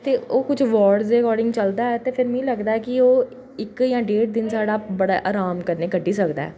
ते ओह् कुछ बडर्स दे एकार्डिंग चलदा ऐ ते फिर मिगी लगदा ऐ कि ओह् इक्क जां डेढ़ दिन साढ़ा बड़ा अराम कन्नै कड्ढी सकदा ऐ